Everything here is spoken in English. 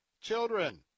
children